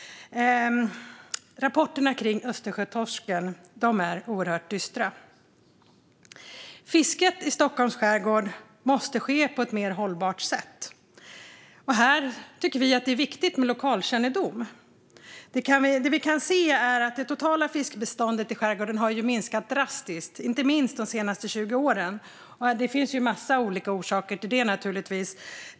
Rapporterna om Östersjötorsken är oerhört dystra. Fisket i Stockholms skärgård måste ske på ett mer hållbart sätt. Här är det viktigt med lokalkännedom. Det vi kan se är att det totala fiskbeståndet i skärgården har minskat drastiskt, inte minst de senaste 20 åren. Orsakerna till detta är givetvis många.